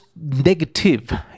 negative